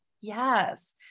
Yes